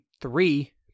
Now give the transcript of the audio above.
three